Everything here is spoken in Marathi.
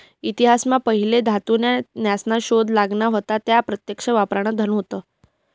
इतिहास मा पहिले धातू न्या नासना शोध लागना व्हता त्या प्रत्यक्ष वापरान धन होत